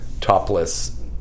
topless